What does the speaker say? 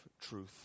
truth